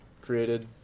created